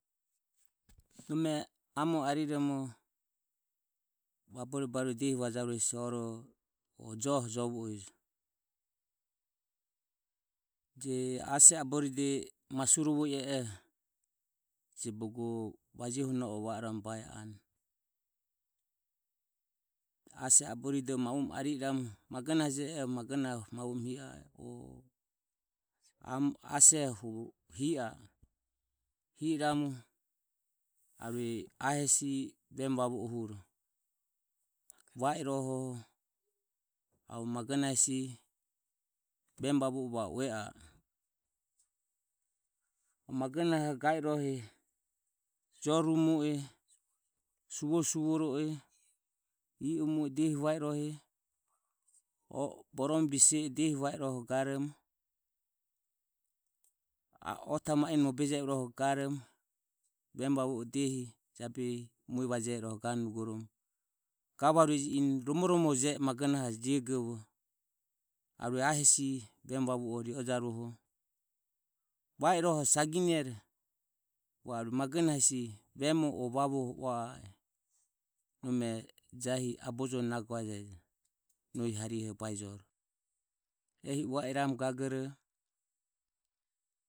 Nome amo ariromo vabore barue diehi vajarue hesi oroho o joho jovo ejo. Je ase aboride masurovo i ie oho je bogo vajuhu no e va oromo ba anue ase aboride ma umu ari i ramu magonahe je oho magonahe ma u emu hi a e aseho hu ma u emu hi a e hi i ramu ahesi vemu vavu o huro va i rohoho arue magonahe hesi vemu vavu e va o ue a e. Magonahe ga i rohe jo rumo e suvore suvoro e i o mu e diehi va i rohe borome bise e diehi va i roho garomo ota ma ino mobejevo irohe garomo vemu vavu e diehi mue vaejeho I rohe garomo eni romoromo je e magonahe je o ho arue ae hesi vemu vavu o ri o jaruoho ma saginero va o arue magona hesi vemu vavue ua a e nome jahi abojoho naguajejo nohi harihoho baejoro ehi uae i ramu gagoro.